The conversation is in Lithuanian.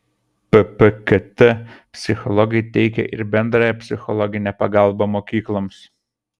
ppkt psichologai teikia ir bendrąją psichologinę pagalbą mokykloms